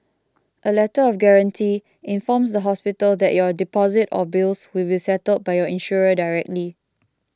a Letter of Guarantee informs the hospital that your deposit or bills will be settled by your insurer directly